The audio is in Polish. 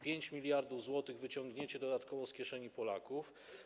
5 mld zł wyciągniecie dodatkowo z kieszeni Polaków.